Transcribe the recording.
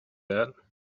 that